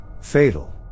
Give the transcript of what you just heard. fatal